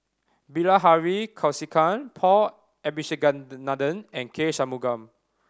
Bilahari Kausikan Paul Abisheganaden and K Shanmugam